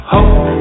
Hope